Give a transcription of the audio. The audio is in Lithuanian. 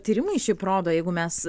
tyrimai šiaip rodo jeigu mes